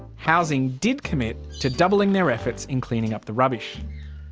housing did commit to doubling their efforts in cleaning up the rubbish.